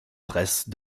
presse